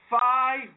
five